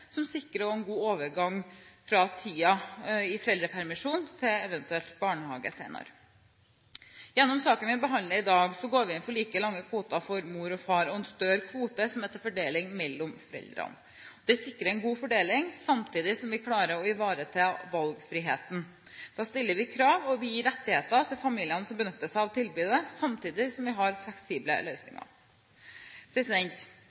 som sikrer en god overgang fra tiden med foreldrepermisjon til eventuelt barnehage senere. Gjennom saken vi behandler i dag, går vi inn for like store kvoter for mor og far og en større kvote som er til fordeling mellom foreldrene. Det sikrer en god fordeling samtidig som vi klarer å ivareta valgfriheten. Da stiller vi krav, og vi gir rettigheter til familiene som benytter seg av tilbudet, samtidig som vi har fleksible